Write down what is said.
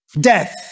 death